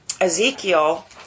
Ezekiel